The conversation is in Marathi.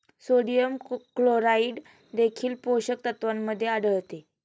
सोडियम क्लोराईड देखील पोषक तत्वांमध्ये आढळते